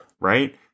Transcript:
right